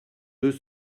deux